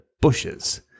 bushes